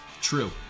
True